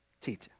teacher